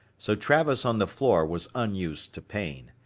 so travis on the floor was unused to pain.